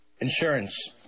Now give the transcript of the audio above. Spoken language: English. Insurance